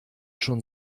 schon